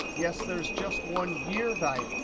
yes, there's just one year value.